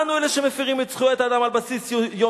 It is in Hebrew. אנו אלה שמפירים את זכויות האדם על בסיס יומיומי.